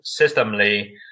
systemly